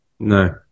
No